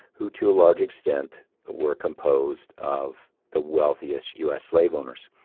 who to a large extent were composed of the wealthiest u s. slave owners.